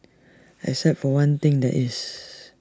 except for one thing that is